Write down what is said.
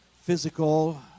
physical